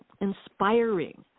inspiring